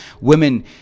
women